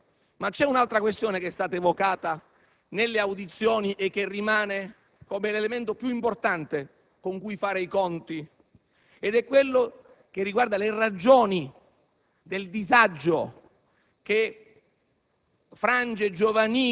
qualche cautela. C'è però un'altra questione che è stata evocata nelle audizioni e che rimane come elemento più importante con cui fare i conti, ed è quella che riguarda le ragioni del disagio che